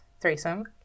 threesome